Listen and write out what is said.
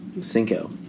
Cinco